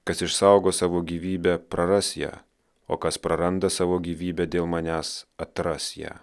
kas išsaugo savo gyvybę praras ją o kas praranda savo gyvybę dėl manęs atras ją